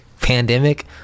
pandemic